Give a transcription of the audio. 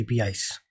APIs